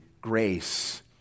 grace